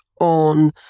on